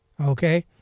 Okay